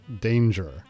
danger